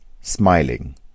Smiling